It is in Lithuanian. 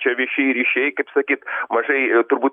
čia viešieji ryšiai kaip sakyt mažai turbūt